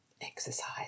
Exercise